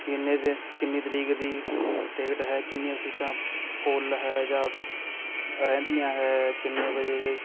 ਕਿੰਨੇ ਦੇ ਕਿੰਨੀ ਤਰੀਕ ਦੀ ਟਿਕਟ ਹੈ ਕਿੰਨੀਆਂ ਸੀਟਾਂ ਫੁੱਲ ਹੈ ਜਾਂ ਰਹਿੰਦੀਆਂ ਹੈ ਕਿੰਨੇ ਵਜੇ ਦੇ